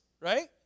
Right